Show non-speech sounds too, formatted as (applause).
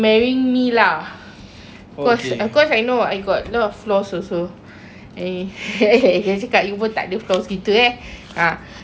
cause of course I know I got lot of flaws also and (laughs) !hey! you jangan cakap you pun tak ada flaws gitu eh ha tapi macam (noise) like